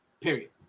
Period